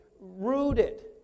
rooted